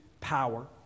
power